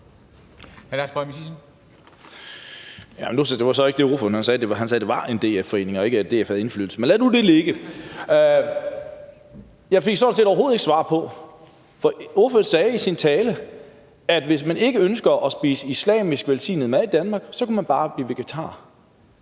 Jeg fik sådan set overhovedet ikke svar på det andet. Ordføreren sagde i sin tale, at hvis man ikke ønsker at spise islamisk velsignet mad i Danmark, kan man bare blive vegetar.